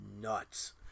nuts